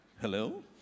Hello